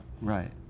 Right